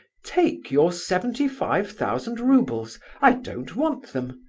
take your seventy-five thousand roubles' i don't want them.